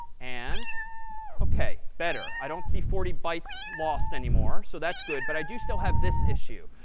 and ok, better. i don't see forty bytes lost anymore. so that's good. but i do still have this issue.